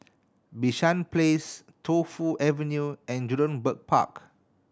Bishan Place Tu Fu Avenue and Jurong Bird Park